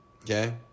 Okay